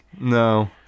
No